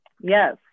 Yes